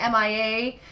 MIA